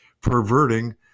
perverting